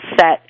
set